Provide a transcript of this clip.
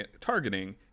targeting